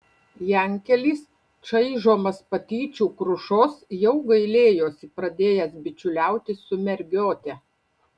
jankelis čaižomas patyčių krušos jau gailėjosi pradėjęs bičiuliautis su mergiote